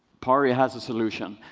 pari has a solution.